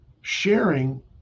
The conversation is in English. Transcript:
sharing